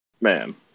man